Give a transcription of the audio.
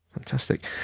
fantastic